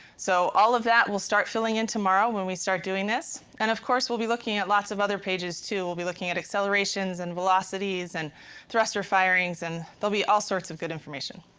so all of that will start filling in tomorrow when we start doing this, and of course, we'll be looking at lots of other pages too. we'll be looking at accelerations and velocities and thruster firings, and there'll be all sorts of good information.